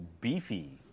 beefy